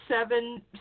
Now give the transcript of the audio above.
seven